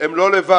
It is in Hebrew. הם לא לבד.